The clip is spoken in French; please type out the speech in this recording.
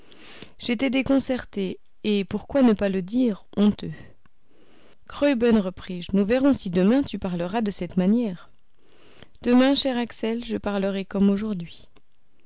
j'étais déconcerté et pourquoi ne pas le dire honteux graüben repris-je nous verrons si demain tu parleras de cette manière demain cher axel je parlerai comme aujourd'hui